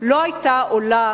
לא היתה עולה